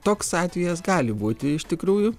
toks atvejis gali būti iš tikrųjų